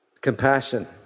compassion